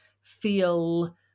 feel